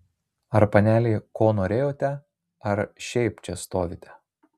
ar panelė ko norėjote ar šiaip čia stovite